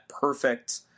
perfect